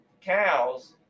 cows